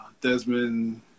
Desmond